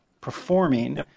performing